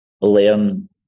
learn